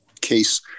case